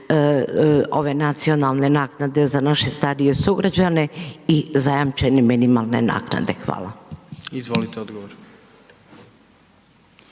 ove nacionalne naknade za naše starije sugrađane i zajamčeni minimalne naknade. Hvala. **Jandroković,